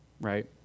right